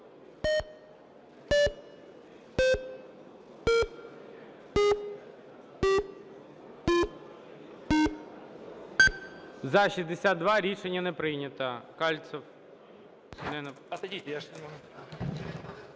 За-57 Рішення не прийнято.